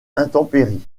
intempéries